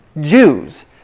Jews